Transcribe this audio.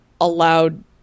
allowed